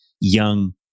young